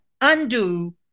undo